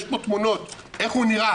יש פה תמונות איך הוא נראה,